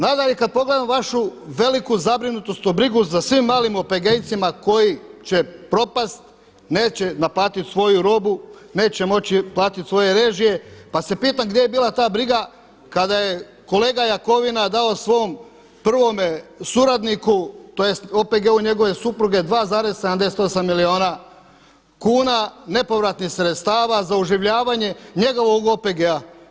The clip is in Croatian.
Nadalje kad pogledam vašu veliku zabrinutost, brigu za svim malim OPG-ejcima koji će propast, neće naplatit svoju robu, neće moći platit svoje režije pa se pitam gdje je bila ta briga kada je kolega Jakovina dao svom prvome suradniku, tj. OPG-u njegove supruge 2,78 milijuna kuna nepovratnih sredstava za oživljavanje njegovog OPG-a.